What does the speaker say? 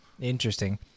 Interesting